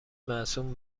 مصون